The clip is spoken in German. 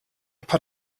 paar